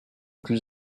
plus